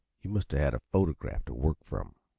you must a had a photograph t' work from.